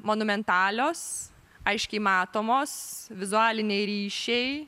monumentalios aiškiai matomos vizualiniai ryšiai